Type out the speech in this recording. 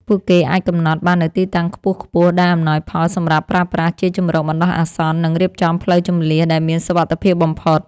ពួកគេអាចកំណត់បាននូវទីតាំងខ្ពស់ៗដែលអំណោយផលសម្រាប់ប្រើប្រាស់ជាជម្រកបណ្ដោះអាសន្ន និងរៀបចំផ្លូវជម្លៀសដែលមានសុវត្ថិភាពបំផុត។